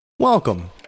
Welcome